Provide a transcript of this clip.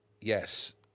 yes